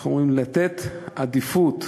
איך אומרים, לתת עדיפות